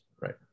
right